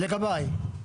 לגביי.